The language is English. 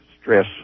stress